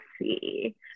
see